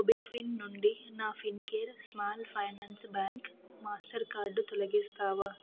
MobiKwik నుండి నా Fincare small finance bank Mastercard తొలగిస్తావా